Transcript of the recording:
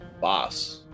boss